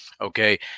okay